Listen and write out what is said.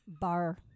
Bar